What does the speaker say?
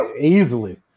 easily